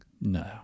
No